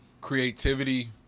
creativity